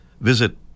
visit